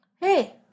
Hey